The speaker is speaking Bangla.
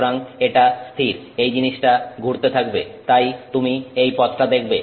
সুতরাং এটা স্থির এই জিনিসটা ঘুরতে থাকবে তাই তুমি এই পথটা দেখবে